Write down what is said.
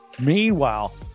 Meanwhile